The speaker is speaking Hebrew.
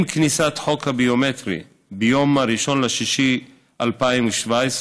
עם כניסת חוק הביומטרי ביום 1 ביוני 2017,